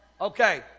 okay